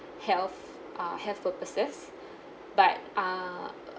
health uh health purposes but err